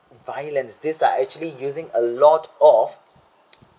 violence these are actually using a lot of